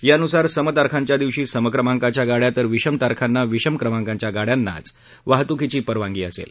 यानुसार सम तारखांच्या दिवशी सम क्रमांकाच्या गाड्या तर विषम तारखांना विषम क्रमांकाच्या गाड्यांनाच वाहतूकीची परवानगी असेल